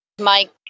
Mike